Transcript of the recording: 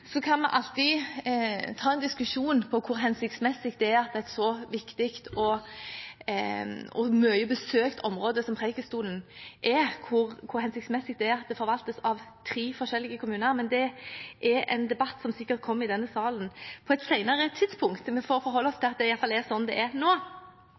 kan alltids ta en diskusjon om hvor hensiktsmessig det er at et så viktig og mye besøkt område som Preikestolen er, forvaltes av tre forskjellige kommuner, men det er en debatt som sikkert kommer i denne salen på et senere tidspunkt. Vi får forholde oss